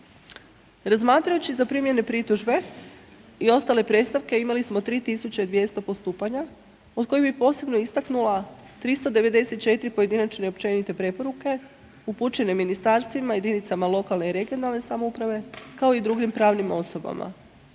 Razmatrajući zaprimljene pritužbe i ostale predstavke imali smo 3.200 postupanja od kojih bih posebno istaknula 394 pojedinačne i općenite preporuke upućene ministarstvima, jedinicama lokalne i regionalne samouprave kao i drugim pravim osobama.